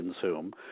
consume